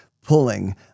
pulling